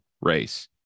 race